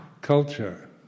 culture